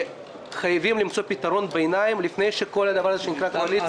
חייבים למצוא פתרון ביניים לפני שכל הדבר הזה שנקרא קואליציה-